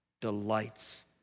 delights